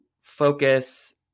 focus